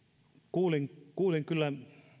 kuulin kuulin kyllä